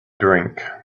drink